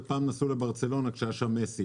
ופעם נסעו לברצלונה כשהיה שם מסי.